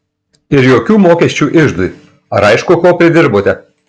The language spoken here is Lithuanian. ir jokių mokesčių iždui ar aišku ko pridirbote